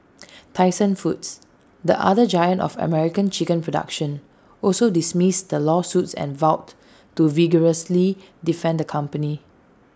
Tyson foods the other giant of American chicken production also dismissed the lawsuits and vowed to vigorously defend the company